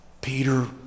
Peter